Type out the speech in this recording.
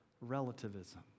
relativism